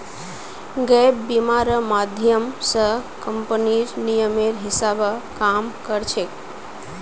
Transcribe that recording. gap बीमा र माध्यम स कम्पनीर नियमेर हिसा ब काम कर छेक